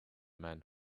men